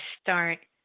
start